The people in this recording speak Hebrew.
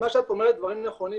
מה שאת אומרת אלה דברים נכונים,